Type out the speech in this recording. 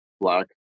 black